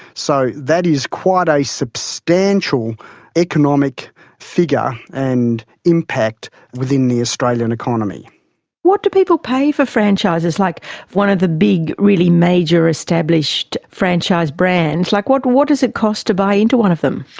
so that is quite a substantial economic figure and impact within the australian economy. so what do people pay for franchises, like one of the big really major established franchise brands? like what what does it cost to buy into one of them?